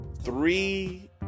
three